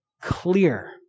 clear